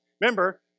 Remember